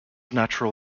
natural